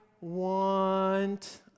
want